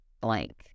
blank